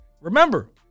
remember